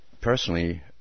Personally